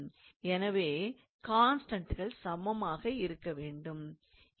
எனவே கான்ஸ்டண்டுகள் சமமாக இருக்க வேண்டும்